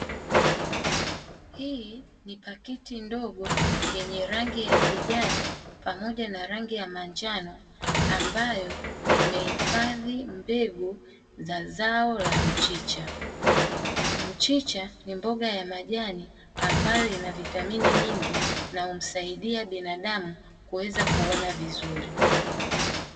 Hii ni pakiti ndogo yenye rangi ya kijani pamoja na rangi ya manjano ambayo imehifadhi mbegu za zao la mchicha. Mchicha ni mboga ya majani ambayo ina vitamini nyingi na humsaidia binadamu kuweza kuona vizuri.